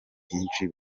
byinshi